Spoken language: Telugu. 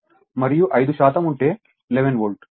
మరియు 5 శాతం ఉంటే 11 వోల్ట్